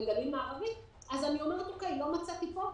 בגליל מערבי אז אם לא מצאתי פה,